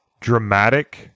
dramatic